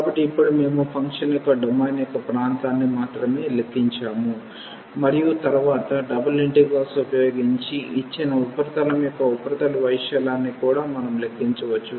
కాబట్టి ఇప్పుడు మేము ఫంక్షన్ యొక్క డొమైన్ యొక్క ప్రాంతాన్ని మాత్రమే లెక్కించాము మరియు తరువాత డబుల్ ఇంటిగ్రల్స్ ఉపయోగించి ఇచ్చిన ఉపరితలం యొక్క ఉపరితల వైశాల్యాన్ని కూడా మనం లెక్కించవచ్చు